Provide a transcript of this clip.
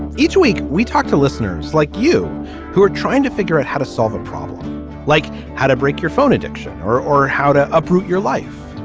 each week we talk to listeners like you who are trying to figure out how to solve a problem like how to break your phone addiction or or how to uproot your life.